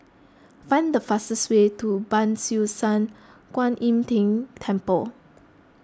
find the fastest way to Ban Siew San Kuan Im Tng Temple